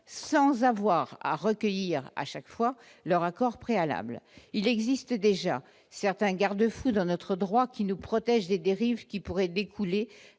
sans avoir à recueillir à chaque fois leur accord préalable, il existe déjà certains garde-fous dans notre droit qui nous protège des dérives qui pourraient découler